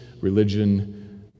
religion